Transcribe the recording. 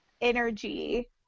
energy